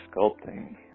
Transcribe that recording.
sculpting